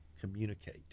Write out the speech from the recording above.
communicate